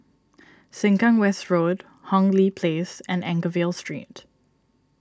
Sengkang West Road Hong Lee Place and Anchorvale Street